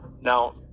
Now